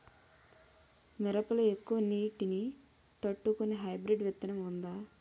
మిరప లో ఎక్కువ నీటి ని తట్టుకునే హైబ్రిడ్ విత్తనం వుందా?